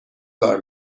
کار